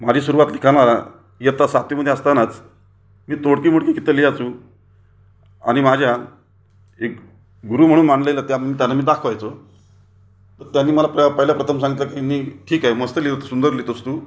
माझी सुरुवात लिखाणाला इयत्ता सातवीमध्ये असतानाच मी तोडकी मोडकी गीतं लिहायचो आणि माझ्या एक गुरु म्हणून मानलेलं त्या त्यांना मी दाखवायचो तर त्यांनी मला प्र पहिल्या प्रथम सांगितलं की मी ठीक आहे मस्त लिहत सुंदर लिहितोस तू